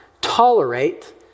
tolerate